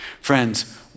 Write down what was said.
friends